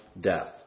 death